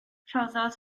rhoddodd